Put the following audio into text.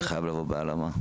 זה חייב לבוא בהלימה.